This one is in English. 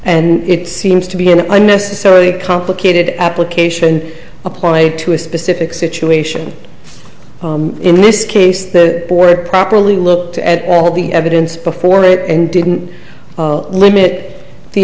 and it seems to be an unnecessarily complicated application applied to a specific situation in this case the board properly looked at all the evidence before it and didn't limit the